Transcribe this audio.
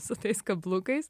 su tais kablukais